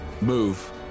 move